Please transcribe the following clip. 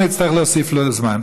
נצטרך להוסיף לו זמן,